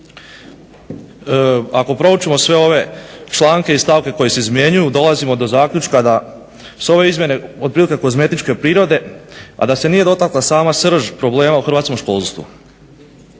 Ako proučimo sve ove stavke i članke koji se izmjenjuju dolazimo do zaključka da su ove izmjene otprilike kozmetičke prirode pa da se nije dotakla sama srž problema u Hrvatskom školstvu.